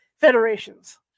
federations